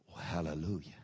Hallelujah